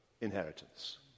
inheritance